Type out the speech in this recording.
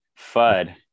FUD